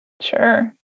Sure